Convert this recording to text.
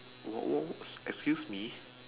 what what excuse me